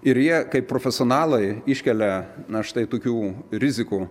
ir jie kaip profesionalai iškelia na štai tokių rizikų